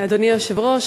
אדוני היושב-ראש,